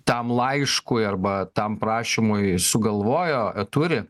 tam laiškui arba tam prašymui sugalvojo e turi